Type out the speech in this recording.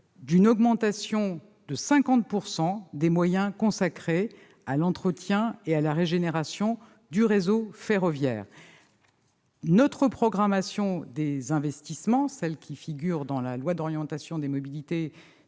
d'une augmentation de 50 % des moyens consacrés à l'entretien et à la régénération du réseau ferroviaire. Notre programmation des investissements, celle qui figure dans le projet de loi d'orientation des mobilités,